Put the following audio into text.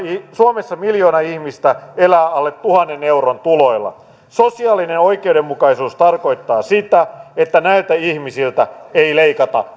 suomessa miljoona ihmistä elää alle tuhannen euron tuloilla sosiaalinen oikeudenmukaisuus tarkoittaa sitä että näiltä ihmisiltä ei leikata